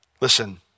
Listen